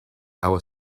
our